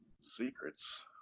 secrets